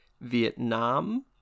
Vietnam